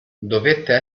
dovette